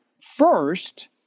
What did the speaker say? first